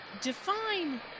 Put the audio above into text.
Define